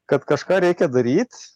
kad kažką reikia daryt